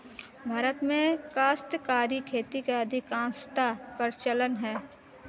भारत में काश्तकारी खेती का अधिकांशतः प्रचलन है